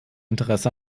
interesse